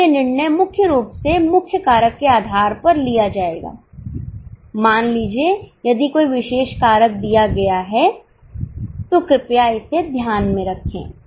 इसलिए निर्णय मुख्य रूप से मुख्य कारक के आधार पर लिया जाएगा मान लीजिए यदि कोई विशेष कारक दिया गया है तो कृपया इसे ध्यान में रखें